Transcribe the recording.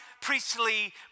priestly